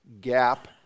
gap